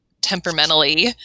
temperamentally